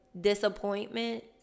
disappointment